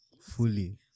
fully